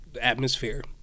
atmosphere